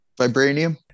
Vibranium